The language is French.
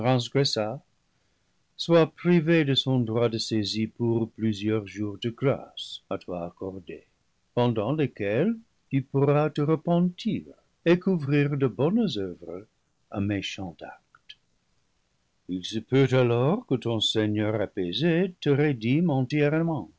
soit privée de son droit de saisie pour plusieurs jours de grâce à toi accordés pendant lesquels tu pourras te repentir et couvrir de bonnes oeuvres un méchant acte il se peut alors que ton seigneur apaisé te rédime entièrement